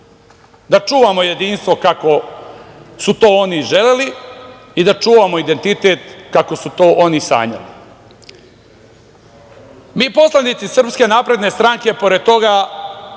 da čuvamo jedinstvo kako su to oni želeli i da čuvamo identitet kako su to oni sanjali. Mi poslanici SNS, pored toga